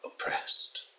oppressed